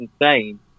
insane